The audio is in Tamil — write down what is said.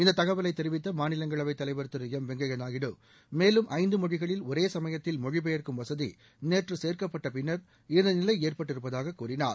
இந்த தகவலை தெரிவித்த மாநிலங்களவைத் தலைவர் திரு எம் வெங்கையா நாயுடு மேலும் ஐந்து மொழிகளில் ஒரே சமயத்தில் மொழி பெயர்க்கும் வசதி நேற்று சேர்க்கப்பட்டப்பின்னர் இந்த நிலை ஏற்பட்டு இருப்பதாக கூறினார்